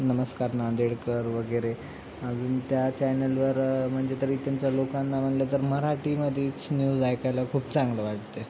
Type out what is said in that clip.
नमस्कार नांदेडकर वगैरे अजून त्या चॅनलवर म्हणजे तर इथंलच्या लोकांना म्हणलं तर मराठीमध्येच न्यूज ऐकायला खूप चांगलं वाटते